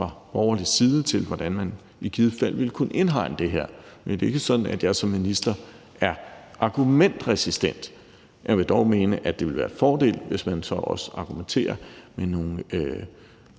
borgerlig side til, hvordan man i givet fald ville kunne indhegne det her. Det er ikke sådan, at jeg som minister er argumentresistent. Jeg vil dog mene, at det ville være en fordel, hvis man så også argumenterer med nogle